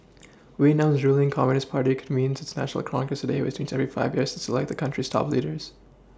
Vietnam's ruling communist party convenes its national congress today which meets every five years to select the country's top leaders